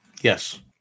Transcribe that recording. Yes